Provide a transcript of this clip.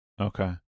Okay